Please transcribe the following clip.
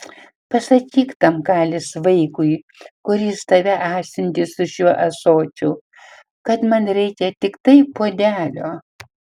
pasakyk tam kalės vaikui kuris tave atsiuntė su šiuo ąsočiu kad man reikia tiktai puodelio